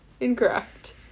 Incorrect